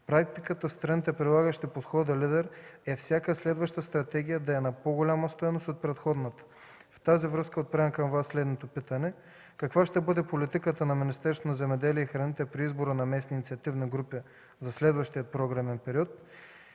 Практиката в страните, прилагащи подхода „Лидер”, е всяка следваща стратегия да е на по-голяма стойност от предходната. Във връзка с това отправям към Вас следното питане: каква ще бъде политиката на Министерството на земеделието и храните при избора на местни инициативни групи за следващия програмен период?